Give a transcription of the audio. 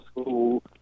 school